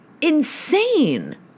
insane